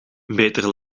beter